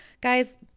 guys